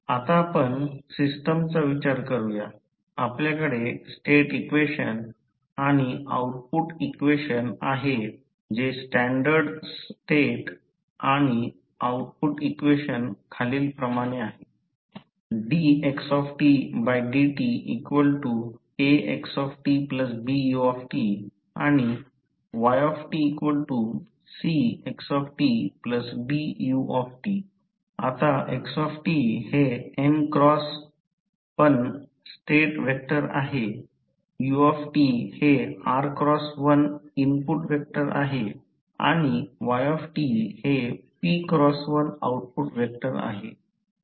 आता आपण सिस्टमचा विचार करूया आपल्याकडे स्टेट इक्वेशन आणि आउटपुट इक्वेशन आहे जे स्टँडर्ड स्टेट आणि आऊटपुट इक्वेशन खालीलप्रमाणे आहे dxdtAxtBut ytCxtDut आता x हे n×1स्टेट व्हेक्टर आहे ut हे r×1 इनपुट व्हेक्टर आणि y हे p×1 आउटपुट व्हेक्टर आहे